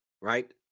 right